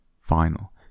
final